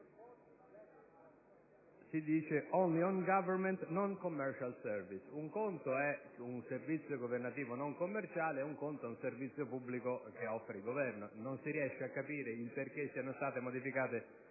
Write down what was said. Si dice: «*only on Government non-commercial service*». Un conto è un servizio governativo non commerciale, un conto un servizio pubblico che offre il Governo. Non si riesce a capire perché siano state modificate queste